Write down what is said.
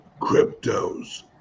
cryptos